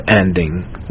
ending